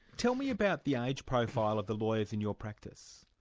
tell me about the age profile of the lawyers in your practice?